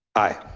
aye.